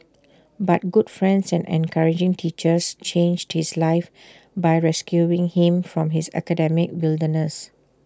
but good friends and encouraging teachers changed his life by rescuing him from the academic wilderness